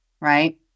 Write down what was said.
right